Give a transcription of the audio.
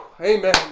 Amen